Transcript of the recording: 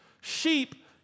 Sheep